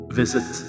visit